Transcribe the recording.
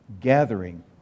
gathering